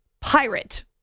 pirate